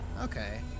Okay